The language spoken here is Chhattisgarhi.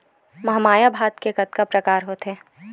महमाया भात के कतका प्रकार होथे?